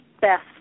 best